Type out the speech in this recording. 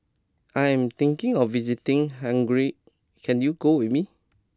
I am thinking of visiting Hungary can you go with me